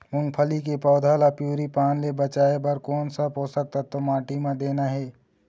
मुंगफली के पौधा ला पिवरी पान ले बचाए बर कोन से पोषक तत्व माटी म देना हे?